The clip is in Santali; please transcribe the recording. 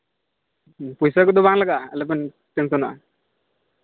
ᱦᱮᱸ ᱯᱚᱭᱥᱟ ᱠᱚᱫᱚ ᱵᱟᱝ ᱞᱟᱜᱟᱜᱼᱟ ᱟᱞᱚᱵᱮᱱ ᱴᱮᱱᱥᱮᱱᱚᱜᱼᱟ